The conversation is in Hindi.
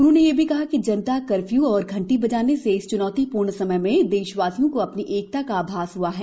उन्होंने यह भी कहा कि जनता कर्फ्यू और घंटी बजाने से इस च्नौतिपूर्ण समय में देशवासियों को अपनी एकता का आभास हआ है